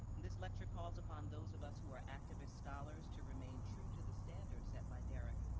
and this lecture calls upon those of us who are activists, scholars to remain true to the standard set by derrick,